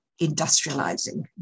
industrializing